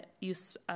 use